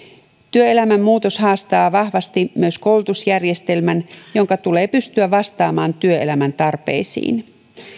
työelämän muutos haastaa vahvasti myös koulutusjärjestelmän jonka tulee pystyä vastaamaan työelämän tarpeisiin